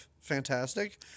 Fantastic